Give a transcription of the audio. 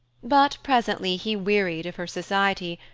but presently he wearied of her society,